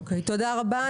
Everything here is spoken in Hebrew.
תודה רבה.